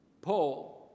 Paul